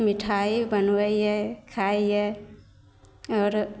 मिठाइ बनबै हिए खाइ हिए आओर